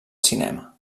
cinema